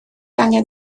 angen